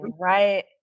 right